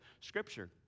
Scripture